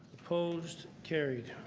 opposed? carried.